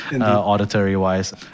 auditory-wise